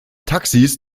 taxis